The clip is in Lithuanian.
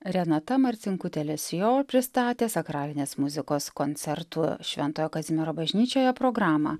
renata marcinkutė lesjo pristatė sakralinės muzikos koncertų šventojo kazimiero bažnyčioje programą